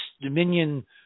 Dominion